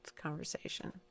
conversation